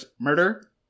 murder